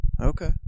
Okay